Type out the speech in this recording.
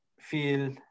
feel